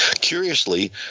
Curiously